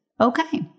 Okay